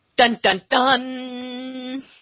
Dun-dun-dun